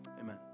Amen